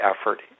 effort